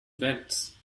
vents